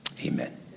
amen